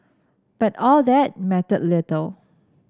but all that mattered little